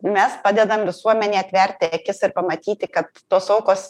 mes padedam visuomenei atverti akis ir pamatyti kad tos aukos